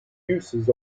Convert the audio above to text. uses